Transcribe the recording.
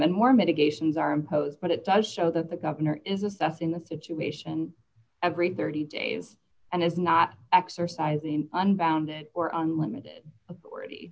more medications are imposed but it does show that the governor is assessing the situation every thirty days and is not exercising unbounded or unlimited authority